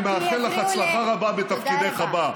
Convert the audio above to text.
אני מאחל לך הצלחה רבה בתפקידך הבא,